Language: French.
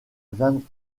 vingt